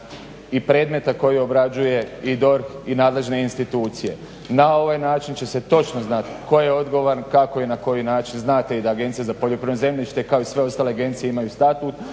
i predmeta koji obrađuje i DORH i nadležne institucije. Na ovaj način će se točno znati tko je odgovoran, kako i na koji način. Znate i da Agencija za poljoprivredno zemljište kao i sve ostale agencije imaju statut